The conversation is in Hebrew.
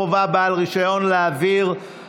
חובת בעל רישיון להעברת